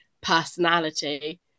personality